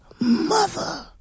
mother